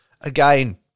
Again